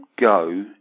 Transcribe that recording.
go